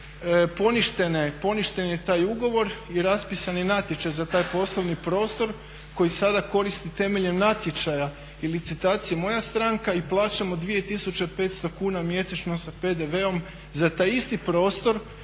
poništen je taj ugovor i raspisan je natječaj za taj poslovni prostor koji sada koristi temeljem natječaja i licitacije moja stranka i plaćamo 2500 kuna mjesečno sa PDV-om za taj isti prostor